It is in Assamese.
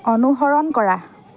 অনুসৰণ কৰা